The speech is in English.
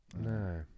No